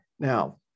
Now